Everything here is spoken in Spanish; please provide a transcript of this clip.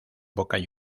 boca